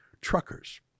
truckers